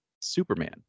Superman